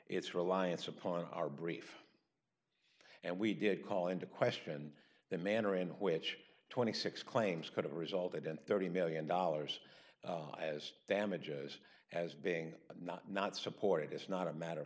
its reliance upon our brief and we did call into question the manner in which twenty six dollars claims could have resulted in thirty million dollars as damages as being not not supported it's not a matter of